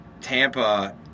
Tampa